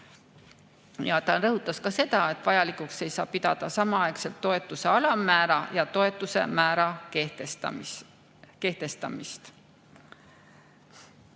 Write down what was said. Ta rõhutas ka seda, et vajalikuks ei saa pidada samaaegselt toetuse alammäära ja toetuse määra kehtestamist.